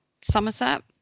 Somerset